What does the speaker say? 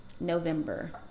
November